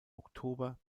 oktober